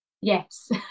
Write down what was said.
yes